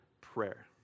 prayer